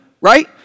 right